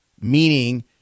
Meaning